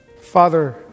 Father